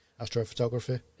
astrophotography